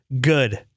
Good